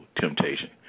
temptation